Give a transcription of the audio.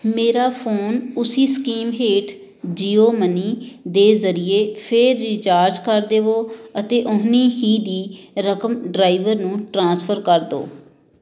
ਮੇਰਾ ਫੋਨ ਉਸੀ ਸਕੀਮ ਹੇਠ ਜੀਓ ਮਨੀ ਦੇ ਜ਼ਰੀਏ ਫਿਰ ਰਿਚਾਰਜ ਕਰ ਦੇਵੋ ਅਤੇ ਓਨੀ ਹੀ ਦੀ ਰਕਮ ਡਰਾਈਵਰ ਨੂੰ ਟ੍ਰਾਂਸਫਰ ਕਰ ਦਿਓ